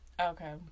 Okay